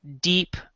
deep